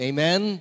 Amen